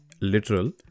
literal